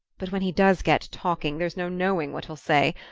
but when he does get talking there's no knowing what he'll say.